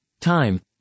time